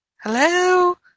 Hello